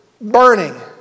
burning